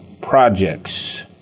projects